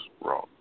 wrong